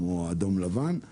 כמו באדום-לבן,